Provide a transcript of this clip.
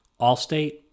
Allstate